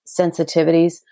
sensitivities